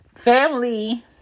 Family